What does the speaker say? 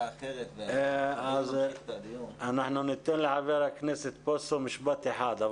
אנחנו ניתן לחבר הכנסת בוסו משפט אחד.